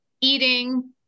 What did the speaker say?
eating